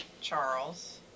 Charles